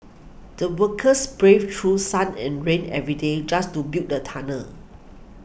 the workers braved through sun and rain every day just to build the tunnel